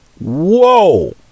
Whoa